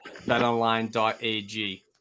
BetOnline.ag